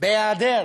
בהיעדר